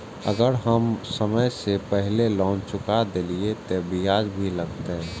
अगर हम समय से पहले लोन चुका देलीय ते ब्याज भी लगते?